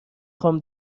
خوام